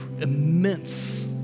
immense